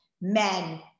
Men